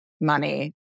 money